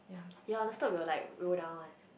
ya on the slope will like roll down one